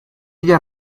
ella